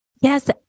Yes